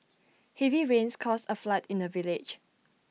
heavy rains caused A flood in the village